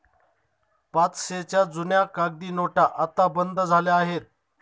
पाचशेच्या जुन्या कागदी नोटा आता बंद झाल्या आहेत